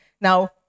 Now